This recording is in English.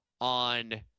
on